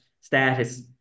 status